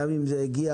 גם אם זה הגיע